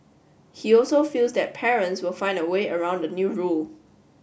he also feels that parents will find a way around the new rule